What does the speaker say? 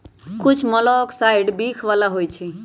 कुछ मोलॉक्साइड्स विख बला होइ छइ